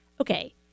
Okay